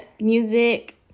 music